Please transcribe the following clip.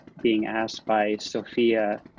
being asked by sophia